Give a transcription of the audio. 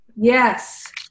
Yes